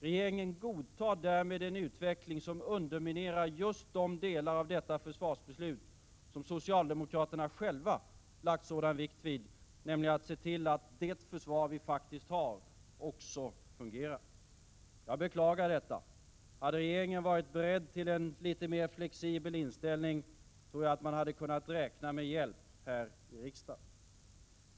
Regeringen godtar därmed en utveckling som underminerar just de delar av detta försvarsbeslut som socialdemokraterna själva lagt sådan vikt vid, nämligen att se till att det försvar vi faktiskt har också skall fungera. Jag beklagar detta. Hade regeringen varit beredd till en litet mer flexibel inställning, tror jag att man hade kunnat räkna med hjälp här i riksdagen.